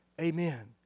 amen